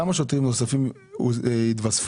כמה שוטרים זמניים התווספו?